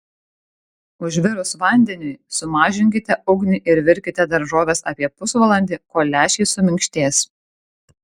užvirus vandeniui sumažinkite ugnį ir virkite daržoves apie pusvalandį kol lęšiai suminkštės